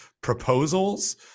proposals